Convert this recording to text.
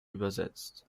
übersetzt